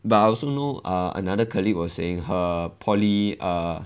but I also know err another colleague was saying her poly err